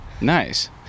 nice